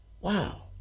Wow